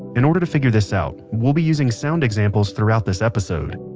in order to figure this out we'll be using sound examples throughout this episode.